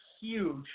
huge